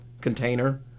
container